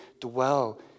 dwell